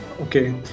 Okay